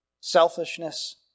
selfishness